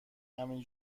همین